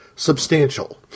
Substantial